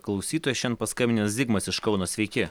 klausytojas šian paskambinęs zigmas iš kauno sveiki